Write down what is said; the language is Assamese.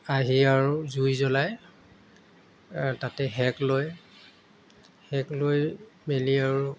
আহি আৰু জুই জ্বলাই তাতে সেক লয় সেক লৈ মেলি আৰু